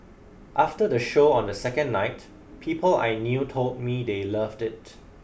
after the show on the second night people I knew told me they loved it